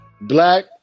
black